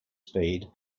speed